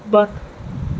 بند